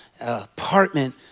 apartment